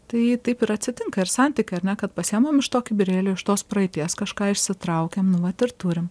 tai taip ir atsitinka ir santyky ar ne kad pasiimam iš to kibirėlį iš tos praeities kažką išsitraukiam nu vat ir turim